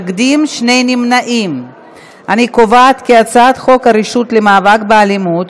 בהנחה שדוד ביטן הצביע בטעות פעמיים,